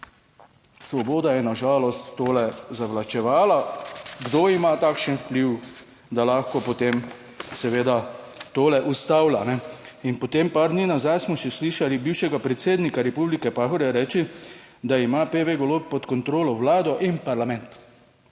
Svoboda je na žalost to zavlačevala. Kdo ima takšen vpliv, da lahko potem seveda tole ustavlja? In potem par dni nazaj smo še slišali bivšega predsednika republike Pahorja reči, da ima PV Golob pod kontrolo Vlado in parlament.